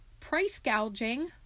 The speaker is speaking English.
pricegouging